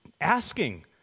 asking